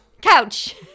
couch